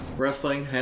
wrestling